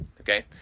okay